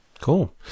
cool